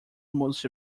most